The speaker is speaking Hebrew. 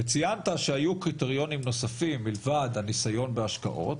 וציינת שהיו קריטריונים נוספים מלבד הנסיון בהשקעות,